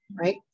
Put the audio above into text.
right